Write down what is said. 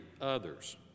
others